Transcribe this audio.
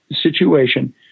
situation—